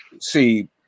see